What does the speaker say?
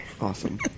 Awesome